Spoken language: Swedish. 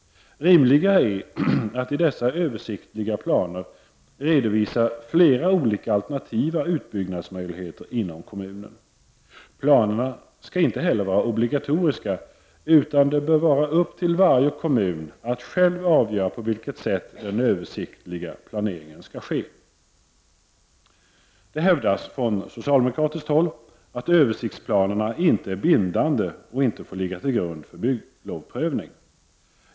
Rimligare är att i dessa översiktliga planer redovisa flera olika alternativa utbyggnadsmöjligheter inom kommunen. Planerna skall inte heller vara obligatoriska, utan det bör vara upp till varje kommun att själv avgöra på vilket sätt den översiktliga planeringen skall ske. Det hävdas från socialdemokratiskt håll att översiktsplanerna inte är bindande och inte får ligga till grund för bygglovsprövning.